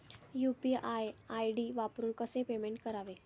UPI ID वापरून कसे payment करावे?